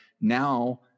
now